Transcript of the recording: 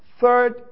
Third